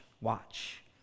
watch